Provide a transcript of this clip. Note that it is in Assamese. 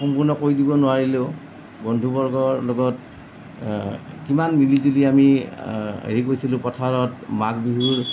সম্পূৰ্ণ কৈ দিব নোৱাৰিলেও বন্ধুবৰ্গৰ লগত কিমান মিলিজুলি আমি হেৰি কৰিছিলোঁ পথাৰত মাঘ বিহু